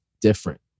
different